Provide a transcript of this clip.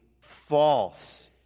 false